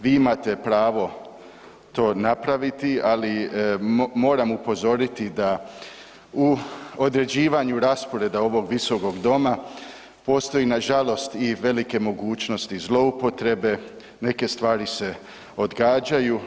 Vi imate pravo to napraviti, ali moram upozoriti da u određivanju rasporeda ovog visokog doma postoji nažalost i velike mogućnosti zloupotrebe, neke stvari se odgađaju.